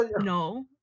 No